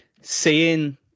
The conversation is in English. Seeing